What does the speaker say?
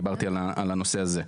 דיברתי על הנושא הזה.